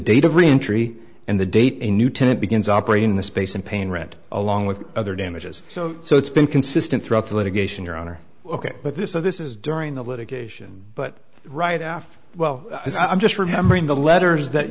reentry and the date a new tenant begins operating the space and paying rent along with other damages so so it's been consistent throughout the litigation your honor ok but this is this is during the litigation but right after well i'm just remembering the letters that